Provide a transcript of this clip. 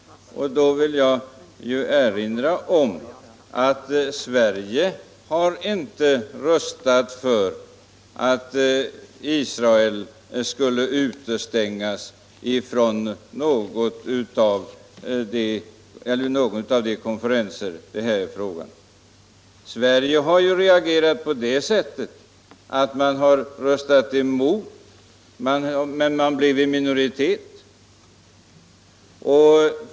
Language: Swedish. Då vill jag erinra om att Sverige inte har röstat för att Israel skulle utestängas från någon av de konferenser det här är fråga om. Sverige röstade ju emot, men blev i minoritet.